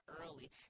early